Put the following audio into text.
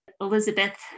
Elizabeth